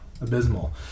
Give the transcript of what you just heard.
Abysmal